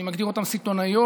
אני מגדיר אותן סיטונאיות.